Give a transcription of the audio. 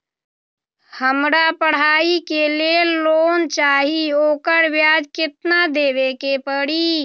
हमरा पढ़ाई के लेल लोन चाहि, ओकर ब्याज केतना दबे के परी?